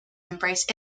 embrace